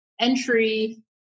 entry